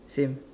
same